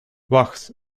wacht